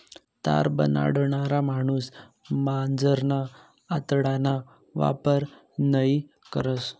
तार बनाडणारा माणूस मांजरना आतडाना वापर नयी करस